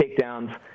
takedowns